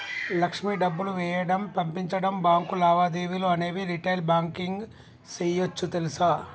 లక్ష్మి డబ్బులు వేయడం, పంపించడం, బాంకు లావాదేవీలు అనేవి రిటైల్ బాంకింగ్ సేయోచ్చు తెలుసా